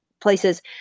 places